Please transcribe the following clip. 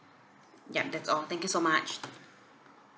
yup that's all thank you so much